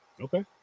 Okay